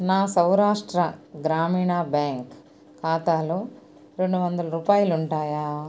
నా సౌరాష్ట్ర గ్రామీణ బ్యాంక్ ఖాతాలో రెండువందల రూపాయాలుంటాయా